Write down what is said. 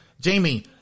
Jamie